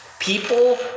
People